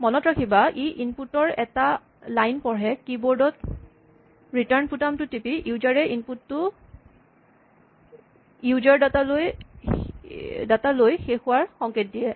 মনত ৰাখিবা ই ইনপুট ৰ এটা লাইন পঢ়ে কীবৰ্ড ত ৰিটাৰ্ন বুটাম টো টিপি ইউজাৰ এ ইনপুট টো ই ইউজাৰ ডাটা লৈ শেষ হোৱাৰ সংকেত দিয়ে